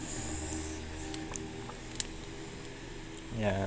yeah